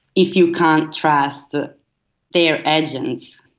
if you can't trust their agents?